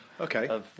okay